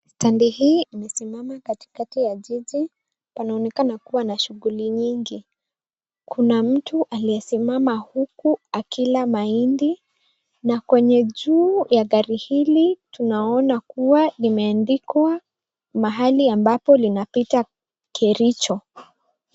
Standi hii imesimama katikati ya jiji, panaonekana kuwa na shuguli nyingi. Kuna mtu aliyesimama huku akila mahindi. Na kwenye juu ya gari hili tunaona kuwa limeandikwa mahali ambapo linapita Kericho.